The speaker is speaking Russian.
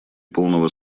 полного